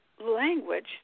language